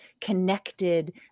connected